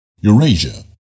Eurasia